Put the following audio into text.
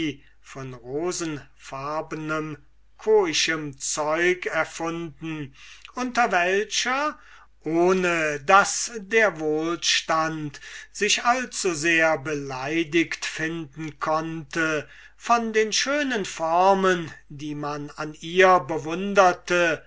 von rosenfarbnem koischem zeug erfunden unter welcher ohne daß der wohlstand sich allzu sehr beleidigt finden konnte von den schönen formen die man an ihr bewunderte